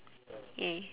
!yay!